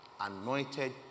Anointed